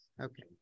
Okay